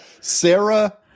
Sarah